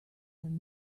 than